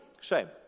Shame